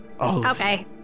Okay